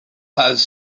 has